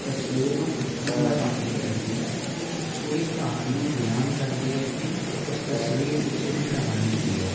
ਤਸਵੀਰ ਨੂੰ ਖਿੱਚਣ ਦਾ ਕੰਮ ਨਹੀਂ ਕਰਦੀ ਹੈ ਇਹ ਇੱਕ ਪੂਰੀ ਕਹਾਣੀ ਨੂੰ ਬਿਆਨ ਕਰਦੀ ਹੈ ਕਿ ਉਸ ਤਸਵੀਰ ਪਿੱਛੇ ਦੀ ਕਹਾਣੀ ਕੀ ਹੈ